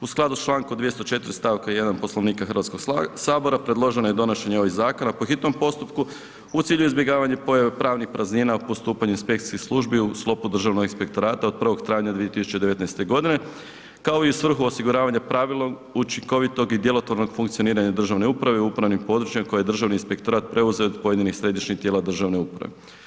U skladu s člankom 204. stavka 1. Poslovnika Hrvatskog sabora predloženo je donošenje ovih zakona po hitnom postupku u cilju izbjegavanja pojave pravnih praznina u postupanju inspekcijskih službi u sklopu Državnog inspektorata od 1. travnja 2019. godine kao i svrhu osiguravanja pravilnog, učinkovitog i djelotvornog funkcioniranja državne uprave u upravnim područjima koje je Državni inspektorat preuzeo od pojedinih središnjih tijela državne uprave.